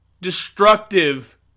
destructive